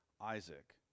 Isaac